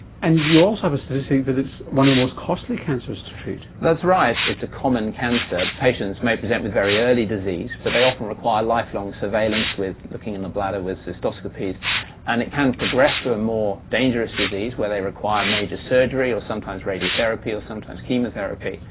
and you also have a statistic that it's one of the most costly cancers to treat. that's right it's a common cancer, patients may present with very early disease but they often require lifelong surveillance with looking in the bladder with cystoscopies and it can progress to a more dangerous disease where they require major surgery or sometimes radiotherapy or sometimes chemotherapy.